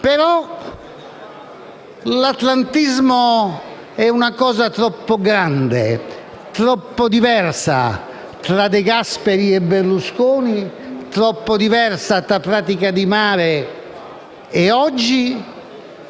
Però l'atlantismo è una cosa troppo grande, troppo diversa tra De Gasperi e Berlusconi, troppo diversa tra Pratica di Mare e oggi,